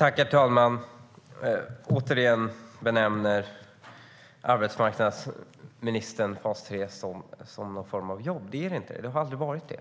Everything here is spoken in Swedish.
Herr talman! Återigen benämner arbetsmarknadsministern fas 3 som någon form av jobb. Det är det inte. Det har aldrig varit det.